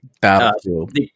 Battlefield